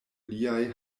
liaj